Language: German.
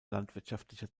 landwirtschaftlicher